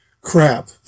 Crap